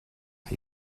are